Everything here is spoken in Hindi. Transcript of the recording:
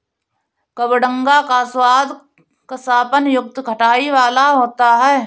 कबडंगा का स्वाद कसापन युक्त खटाई वाला होता है